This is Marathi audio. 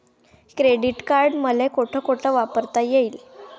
क्रेडिट कार्ड मले कोठ कोठ वापरता येईन?